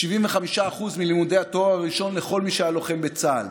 75% מלימודי התואר הראשון לכל מי שהיה לוחם בצה"ל.